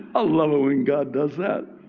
ah love it when god does that.